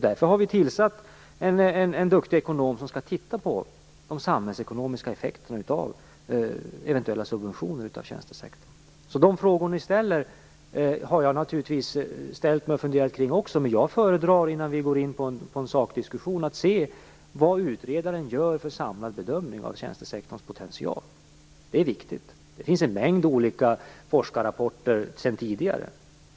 Därför har vi tillsatt en duktig ekonom som skall titta på de samhällsekonomiska effekterna av eventuella subventioner av tjänstesektorn. De frågor ni ställer har jag naturligtvis funderat kring också, men jag föredrar, innan vi går in på en sådan diskussion, att se vad utredaren gör för samlad bedömning av tjänstesektorns potential. Det är viktigt. Det finns en mängd olika forskarrapporter sedan tidigare.